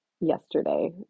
yesterday